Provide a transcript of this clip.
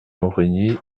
origny